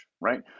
right